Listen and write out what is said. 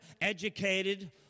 educated